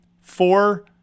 four